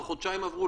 כבר חודשיים עברו,